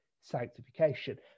sanctification